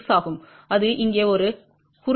096 ஆகும் அது இங்கே ஒரு குறுகியதாகும்